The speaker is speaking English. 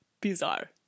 bizarre